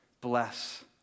Bless